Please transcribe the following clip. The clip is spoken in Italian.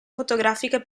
fotografiche